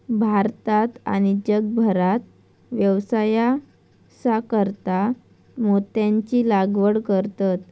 भारतात आणि जगभरात व्यवसायासाकारता मोत्यांची लागवड करतत